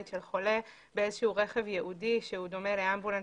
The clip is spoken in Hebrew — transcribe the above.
של חולה ברכב ייעודי שדומה לאמבולנס.